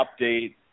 update